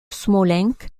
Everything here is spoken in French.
smolensk